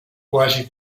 quasi